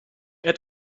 add